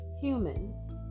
humans